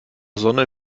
sonne